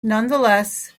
nonetheless